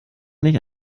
nicht